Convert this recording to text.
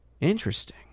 Interesting